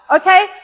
Okay